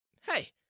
hey